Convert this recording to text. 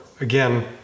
again